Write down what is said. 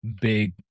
big